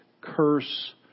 curse